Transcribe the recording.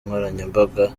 nkoranyambaga